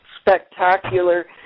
spectacular